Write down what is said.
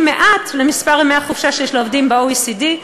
מעט למספר ימי החופשה שיש לעובדים ב-OECD.